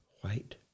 white